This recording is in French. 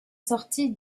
sorti